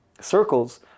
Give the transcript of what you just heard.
circles